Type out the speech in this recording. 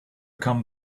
come